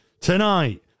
tonight